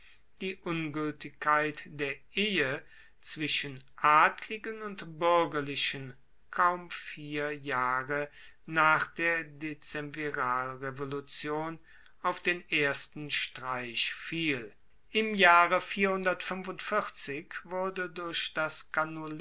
die ungueltigkeit der ehe zwischen adligen und buergerlichen kaum vier jahre nach der dezemviralrevolution auf den ersten streich fiel im jahre wurde durch das